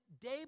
day